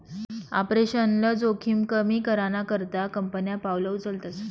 operational जोखिम कमी कराना करता कंपन्या पावलं उचलतस